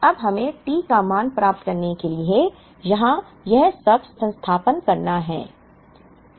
अब हमें T का मान प्राप्त करने के लिए यहाँ यह सब स्थानापन्न करना है